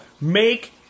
Make